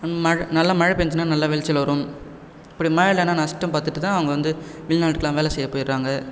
மழை நல்லா மழை பெஞ்சுச்சுன்னா நல்லா விளைச்சல் வரும் அப்படி மழை இல்லைன்னா நஷ்டம் பார்த்துட்டுதான் அவங்க வந்து வெளிநாட்டுக்குல்லாம் வேலை செய்யப் போயிடறாங்க